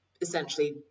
essentially